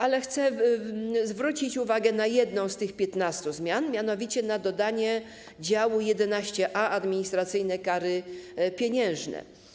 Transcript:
Ale chcę zwrócić uwagę na jedną z tych 15 zmian, mianowicie na dodanie działu XIa: Administracyjne kary pieniężne.